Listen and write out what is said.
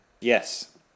Yes